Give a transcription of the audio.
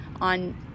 on